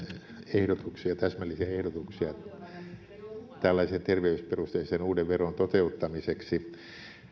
ehdotuksia täsmällisiä ehdotuksia tällaisen terveysperusteisen uuden veron toteuttamiseksi